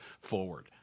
forward